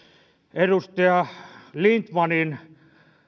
edustaja lindtmanin